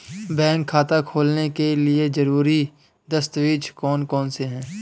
Bank खाता खोलने के लिए ज़रूरी दस्तावेज़ कौन कौनसे हैं?